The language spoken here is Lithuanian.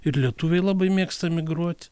ir lietuviai labai mėgsta migruot